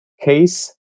case